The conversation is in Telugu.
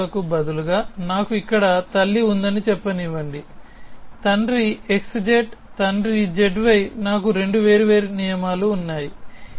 తల్లిదండ్రులకు బదులుగా నాకు ఇక్కడ తల్లి ఉందని చెప్పనివ్వండి తండ్రి xz తండ్రి zy నాకు రెండు వేర్వేరు నియమాలు ఉన్నాయి